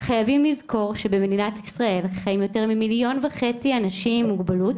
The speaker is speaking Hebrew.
חייבים לזכור שבמדינת ישראל חיים יותר ממליון וחצי אנשים עם מוגבלות,